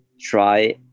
try